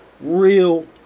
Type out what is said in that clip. real